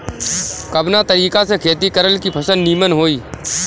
कवना तरीका से खेती करल की फसल नीमन होई?